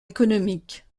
économiques